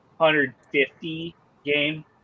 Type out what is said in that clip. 150-game